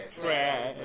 Trash